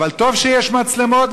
אבל טוב שיש מצלמות,